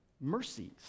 Mercies